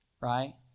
Right